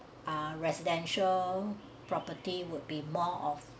a residential property would be more of